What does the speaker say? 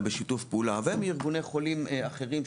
בשיתוף פעולה ומארגוני חולים אחרים,